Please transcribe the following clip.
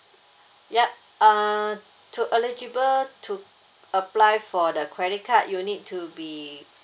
yup uh to eligible to apply for the credit card you need to be